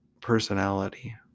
personality